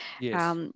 Yes